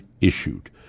issued